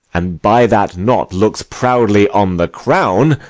and by that knot looks proudly on the crown,